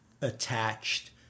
attached